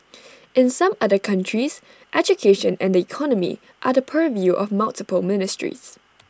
in some other countries education and the economy are the purview of multiple ministries